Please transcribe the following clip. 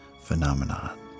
Phenomenon